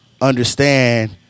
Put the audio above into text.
understand